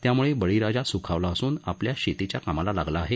त्यामुळे बळीराजा सुखावला असून आपल्या शेतीच्या कामाला लागला आहे